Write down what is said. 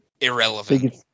irrelevant